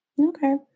okay